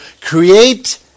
create